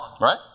Right